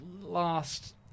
last